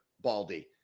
Baldy